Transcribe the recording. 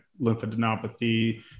lymphadenopathy